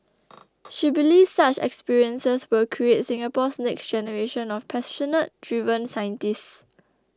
she believes such experiences will create Singapore's next generation of passionate driven scientists